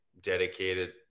dedicated